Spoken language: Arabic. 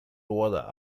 وضع